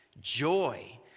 joy